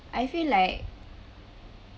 I feel like